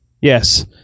yes